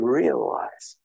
realize